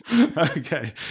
Okay